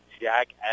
Jack